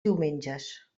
diumenges